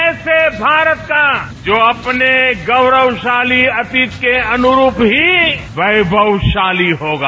ऐसे भारत का जो अपने गौरवशाली अतीत के अुनरूप ही वैभवशाली होगा